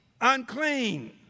unclean